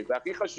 לכנסת.